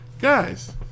guys